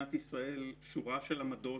למדינת ישראל יש שורה של עמדות,